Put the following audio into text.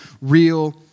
real